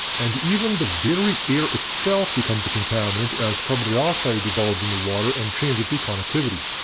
and even the very air itself becomes a contaminant as carbon dioxide dissolves in the water and changes the conductivity.